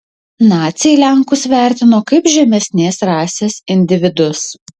naciai lenkus vertino kaip žemesnės rasės individus